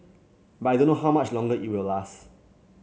but I don't know how much longer it will last